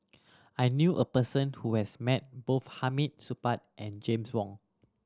I knew a person who has met both Hamid Supaat and James Wong